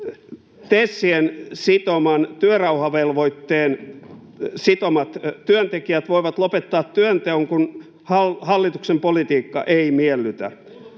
TESien työrauhavelvoitteen sitomat työntekijät voivat lopettaa työnteon, kun hallituksen politiikka ei miellytä.